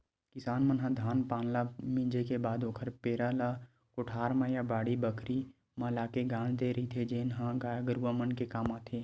किसान मन ह धान पान ल मिंजे के बाद ओखर पेरा ल कोठार म या बाड़ी बखरी म लाके गांज देय रहिथे जेन ह गाय गरूवा मन के काम आथे